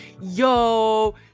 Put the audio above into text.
yo